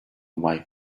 why